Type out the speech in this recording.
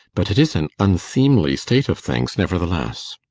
but it is an unseemly state of things, nevertheless.